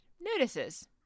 notices